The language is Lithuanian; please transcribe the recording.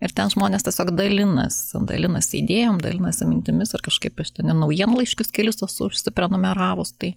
ir ten žmonės tiesiog dalinasi dalinasi idėjom dalinasi mintimis ir kažkaip aš ten ir naujienlaiškius kelis esu užsiprenumeravus tai